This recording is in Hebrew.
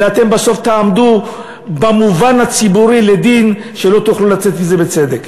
אלא אתם בסוף תעמדו במובן הציבורי לדין שלא תוכלו לצאת מזה בצדק.